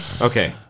Okay